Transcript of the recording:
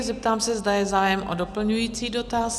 Zeptám se, zda je zájem o doplňující dotaz?